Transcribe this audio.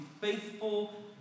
faithful